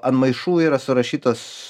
an maišų yra surašytos